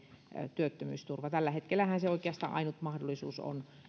työttömyysturva tällä hetkellähän oikeastaan ainut mahdollisuus on